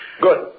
Good